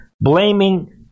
blaming